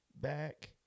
back